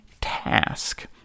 task